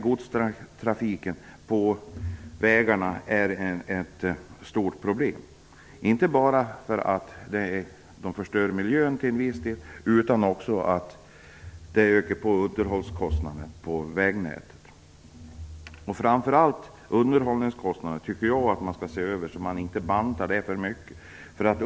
Godstrafiken på vägarna är ett stort problem inte bara därför att miljön till viss del förstörs utan också därför att det blir ökade underhållskostnader för vägnätet. Jag tycker att man skall se över underhållskostnaderna. Det gäller att inte banta för mycket där.